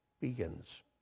begins